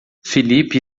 felipe